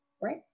right